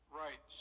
right